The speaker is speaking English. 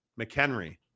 McHenry